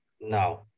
No